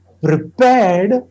prepared